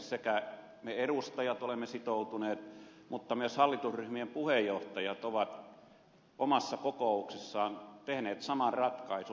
me edustajat olemme sitoutuneet mutta myös hallitusryhmien puheenjohtajat ovat omassa kokouksessaan tehneet saman ratkaisun